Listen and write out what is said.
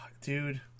dude